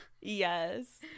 Yes